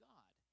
God